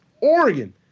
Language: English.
Oregon